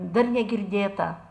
dar negirdėta